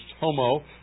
homo